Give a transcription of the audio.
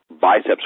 biceps